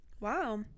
wow